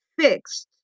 fixed